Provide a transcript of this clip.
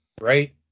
right